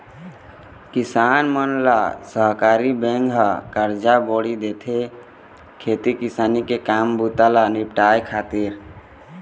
किसान मन ल सहकारी बेंक ह करजा बोड़ी देथे, खेती किसानी के काम बूता ल निपाटय खातिर